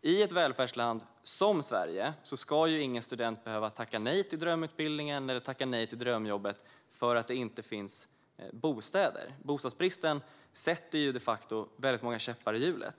I ett välfärdsland som Sverige ska ingen student behöva tacka nej till drömutbildningen eller drömjobbet för att det inte finns bostäder. Bostadsbristen sätter de facto väldigt många käppar i hjulet.